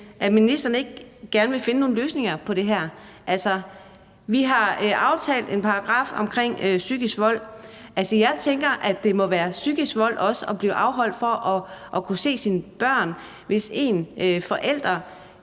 at ministeren ikke gerne vil finde nogle løsninger på det her. Vi har vedtaget en paragraf om psykisk vold. Jeg tænker, at det også må være psykisk vold at blive afholdt fra at se sine børn, hvis en forælder